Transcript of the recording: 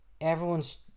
everyone's